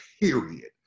period